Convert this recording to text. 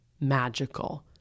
magical